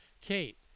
Kate